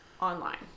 online